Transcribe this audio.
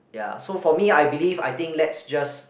ya so for me I believe I think let's just